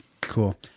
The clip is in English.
Cool